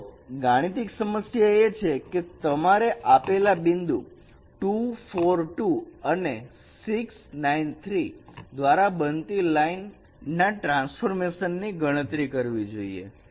તો ગાણિતિક સમસ્યા એ છે કે તમારે આપેલા બે બિંદુ 2 4 2 અને 6 9 3 દ્વારા બનતી લાઈન ના ટ્રાન્સફોર્મેશન ની ગણતરી કરવી જોઈએ